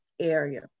area